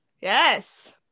Yes